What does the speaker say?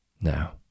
Now